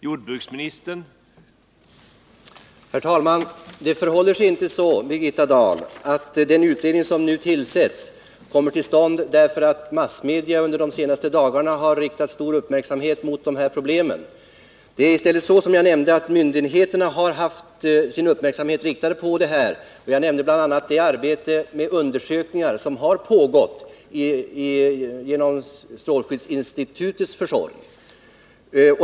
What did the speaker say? Herr talman! Det förhåller sig inte så, Birgitta Dahl, att den utredning som nu tillsätts kommer till stånd därför att massmedia under de senaste dagarna har riktat stor uppmärksamhet mot dessa problem. Det är i stället så, som jag nämnde, att myndigheterna har haft sin uppmärksamhet riktad på frågan. Jag nämnde bl.a. det arbete med undersökningar som har pågått genom strålskyddsinstitutets försorg.